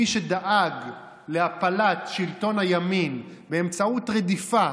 מי שדאג להפלת שלטון הימין באמצעות רדיפה,